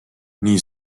nii